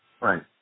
Right